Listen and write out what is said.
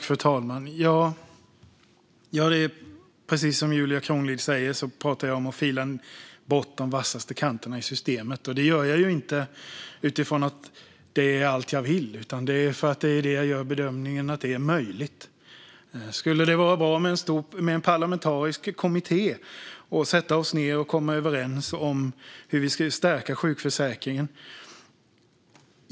Fru talman! Precis som Julia Kronlid säger talade jag om att fila bort de vassaste kanterna i systemet. Det gör jag inte utifrån att det är allt jag vill, utan det är därför att jag gör bedömningen att det är möjligt. Skulle det vara bra med en parlamentarisk kommitté, att sätta oss ned och komma överens om hur vi ska stärka sjukförsäkringen?